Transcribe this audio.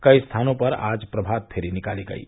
कई स्थानों पर आज प्रभातफेरी निकाली गयी